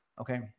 Okay